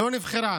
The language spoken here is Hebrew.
לא נבחרה.